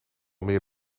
meer